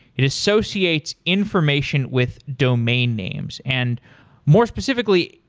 it associates information with domain names. and more specifically,